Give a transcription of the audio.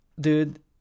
dude